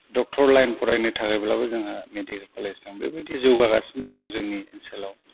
doctor line फरायनो थाखायब्लाबो जोंहा मेडिकेल कलेज दं बेबादि जौगागासिनो दं जोंनि ओनसोलाव